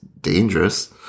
dangerous